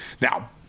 Now